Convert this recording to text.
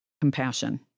compassion